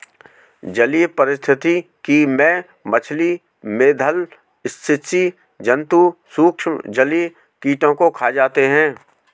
जलीय पारिस्थितिकी में मछली, मेधल स्सि जन्तु सूक्ष्म जलीय कीटों को खा जाते हैं